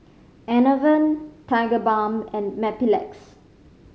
Enervon Tigerbalm and Mepilex